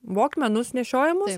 vokmenus nešiojamus